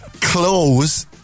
clothes